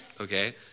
okay